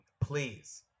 please